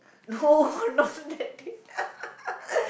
no not that date